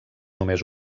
només